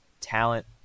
talent